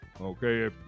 Okay